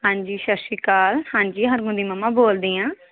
ਹਾਂਜੀ ਸਤਿ ਸ਼੍ਰੀ ਅਕਾਲ ਹਾਂਜੀ ਹਰਮਨ ਦੀ ਮੰਮਾ ਬੋਲਦੀ ਹਾਂ